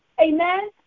Amen